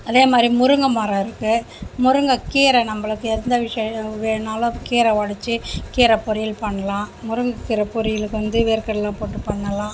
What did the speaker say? அதேமாதிரி முருங்கை மரம் இருக்கு முருங்கக்கீரை நம்பளுக்கு எந்த விஷயம் வேணாலும் கீரை ஒடச்சு கீரை பொரியல் பண்ணலாம் முருங்கை கீரை பொரியலுக்கு வந்து வேர்க்கடலை போட்டு பண்ணலாம்